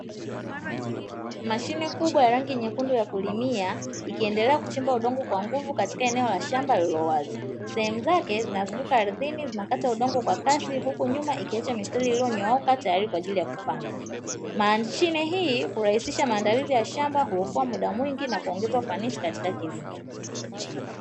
Mashine kubwa ya rangi nyekundu ya kulimia, ikiendelea kuchimba udongo kwa nguvu katika eneo la shamba lililo wazi. Sehemu zake zinazunguka ardhini, zinakata udongo kwa kasi, huku nyuma ikiacha mistari iliyonyooka tayari kwa ajili ya kupandwa. Mashine hii huraisisha maandalizi ya shamba kwa kuokoa muda mwingi, na kuongeza ufanisi katika kilimo.